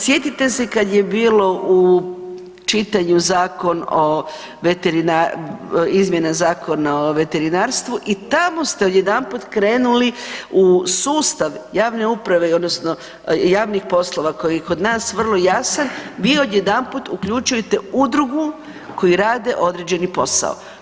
Sjetite se kad je bilo u čitanju zakon o .../nerazumljivo/... izmjena Zakona o veterinarstvu, i tamo ste odjedanput krenuli u sustav javne uprave, odnosno javnih poslova koji je kod nas vrlo jasan, vi odjedanput uključujete udrugu koji rade određeni posao.